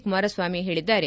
ಕುಮಾರಸ್ವಾಮಿ ಹೇಳಿದ್ದಾರೆ